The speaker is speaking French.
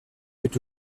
fut